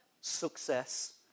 success